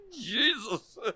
Jesus